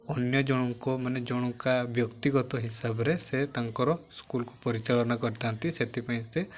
ଅନ୍ୟ ଜଣଙ୍କ ମାନେ ଜଣକା ବ୍ୟକ୍ତିଗତ ହିସାବରେ ସେ ତାଙ୍କର ସ୍କୁଲକୁ ପରିଚାଳନା କରିଥାନ୍ତି ସେଥିପାଇଁ ସେ